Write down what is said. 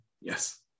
Yes